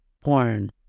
porn